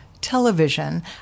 television